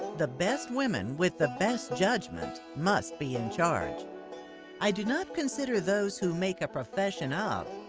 the best women with the best judgment must be in charge i do not consider those who make a profession of,